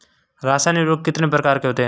रासायनिक उर्वरक कितने प्रकार के होते हैं?